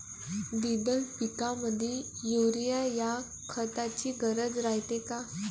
द्विदल पिकामंदी युरीया या खताची गरज रायते का?